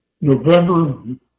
November